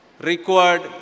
required